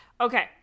okay